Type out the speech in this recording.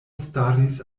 staris